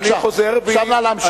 בבקשה, נא להמשיך.